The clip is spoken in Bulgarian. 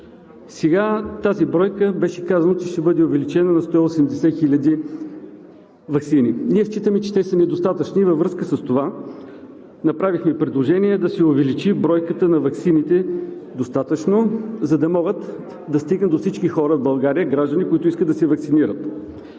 че тази бройка ще бъде увеличена на 180 хиляди ваксини. Ние считаме, че те са недостатъчни. Във връзка с това направихме предложение да се увеличи бройката на ваксините достатъчно, за да могат да стигат до всички хора в България, които искат да се ваксинират.